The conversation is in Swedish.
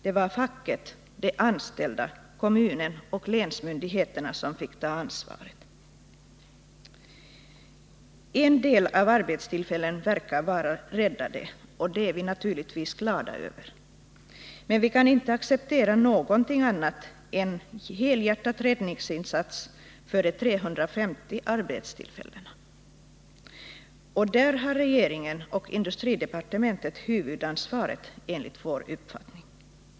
Det var facket, de anställda, kommunen och länsmyndigheterna som fick ta ansvaret. En del arbetstillfällen verkar vara räddade, och det är vi naturligtvis glada över, men vi kan inte acceptera någonting annat än helhjärtade räddningsinsatser för de 350 arbetstillfällena. Och där har regeringen och industridepartementet huvudansvaret enligt vår uppfattning.